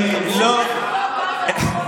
הם לא באו,